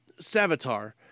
Savitar